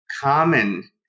common